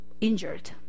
injured